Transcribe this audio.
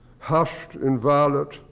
hushed in violet.